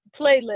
playlist